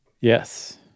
Yes